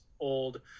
old